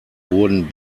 wurden